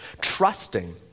trusting